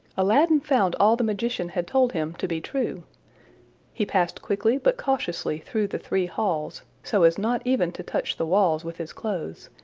aladdin found all the magician had told him to be true he passed quickly but cautiously through the three halls, so as not even to touch the walls with his clothes,